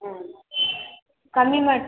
ಹ್ಞೂ ಕಮ್ಮಿ ಮಾಡ್